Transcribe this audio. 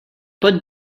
put